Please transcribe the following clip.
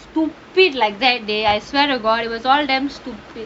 stupid like that dey I swear to god they all damn stupid